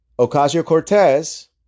Ocasio-Cortez